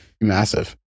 massive